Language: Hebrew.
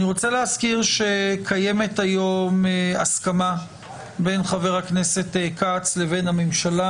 אני רוצה להזכיר שקיימת היום הסכמה בין חבר הכנסת כץ לבין הממשלה,